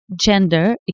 gender